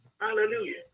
Hallelujah